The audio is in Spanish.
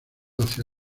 hacia